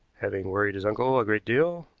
having worried his uncle a great deal,